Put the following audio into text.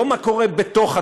לא מה קורה בתהליך,